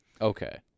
Okay